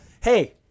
hey